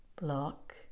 block